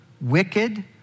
wicked